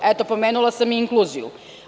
Eto, pomenula sam i inkluziju.